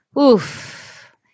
Oof